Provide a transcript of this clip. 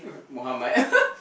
Muhammad